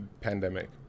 pandemic